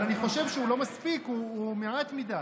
אבל אני חושב שהוא לא מספיק ומעט מדי.